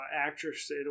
actress